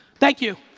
thank you.